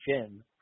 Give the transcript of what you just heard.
Jim